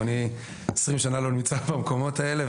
20 שנה אני לא נמצא במקומות האלה,